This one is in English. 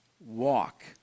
walk